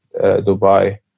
Dubai